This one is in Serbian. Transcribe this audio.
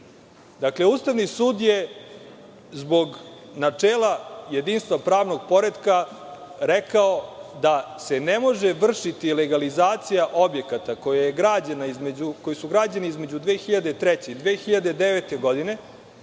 delo. Dakle, Ustavni sud je zbog načela jedinstva pravnog poretka rekao da se ne može vršiti legalizacija objekata koji su građeni između 2003. godine i 2009. godine,